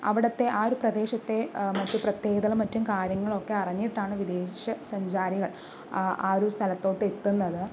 അവിടുത്തെ ആ ഒരു പ്രദേശത്തെ മറ്റ് പ്രത്യേകതകളും മറ്റും കാര്യങ്ങളൊക്കെ അറിഞ്ഞിട്ടാണ് വിദേശ സഞ്ചാരികൾ ആ ആ ഒരു സ്ഥലത്തോട്ട് എത്തുന്നത്